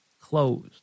closed